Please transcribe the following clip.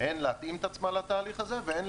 לעשות על מנת לארגן את התהליך ולבצעו.